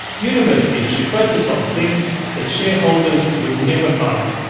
universities should focus on things that shareholders would never fund.